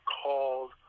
called